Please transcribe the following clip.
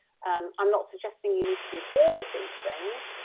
um i'm not suggesting you need to do all of these things,